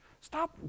Stop